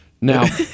Now